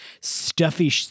stuffy